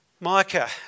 Micah